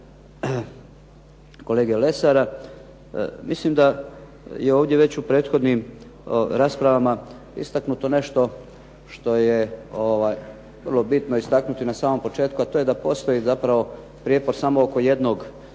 kolege Lesara mislim da je ovdje već u prethodnim raspravama istaknuto nešto što je vrlo bitno istaknuti na samom početku, a to je da postoji zapravo prijepor samo oko jednog